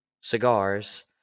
cigars